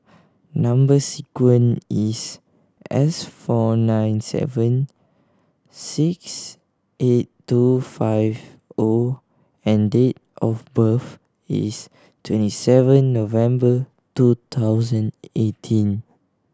number sequence is S four nine seven six eight two five O and date of birth is twenty seven November two thousand eighteen